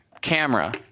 camera